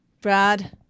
Brad